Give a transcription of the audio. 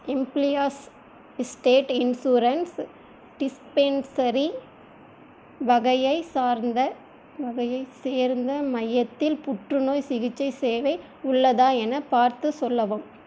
employees' state insurance dispensary வகையைச் சார்ந்த வகையை சேர்ந்த மையத்தில் புற்றுநோய் சிகிச்சை சேவை உள்ளதா எனப் பார்த்துச் சொல்லவும்